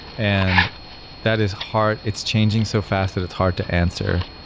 and that is hard it's changing so fast that it's hard to answer.